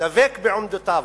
דבק בעמדותיו.